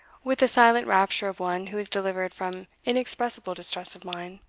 with the silent rapture of one who is delivered from inexpressible distress of mind.